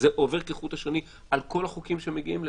זה עובר כחוט השני בכל החוקים שמגיעים לפה,